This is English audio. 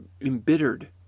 embittered